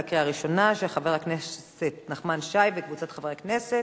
של חבר הכנסת נחמן שי וקבוצת חברי הכנסת,